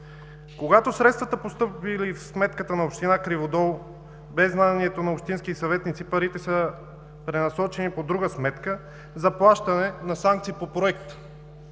Когато средствата постъпват в сметката на община Криводол, без знанието на общински съветници, парите са пренасочени по друга сметка – плащане на санкции по проект.